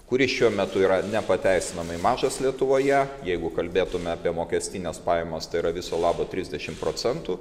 kuri šiuo metu yra nepateisinamai mažas lietuvoje jeigu kalbėtume apie mokestines pajamas tai yra viso labo trisdešimt procentų